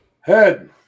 head